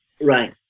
Right